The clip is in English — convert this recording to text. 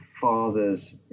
fathers